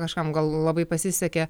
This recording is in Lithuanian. kažkam gal labai pasisekė